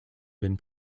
been